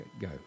go